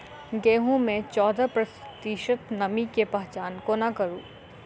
गेंहूँ मे चौदह प्रतिशत नमी केँ पहचान कोना करू?